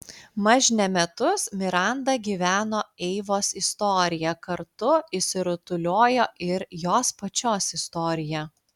mažne metus miranda gyveno eivos istorija kartu išsirutuliojo ir jos pačios istorija